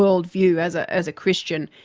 worldview as ah as a christian,